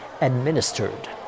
administered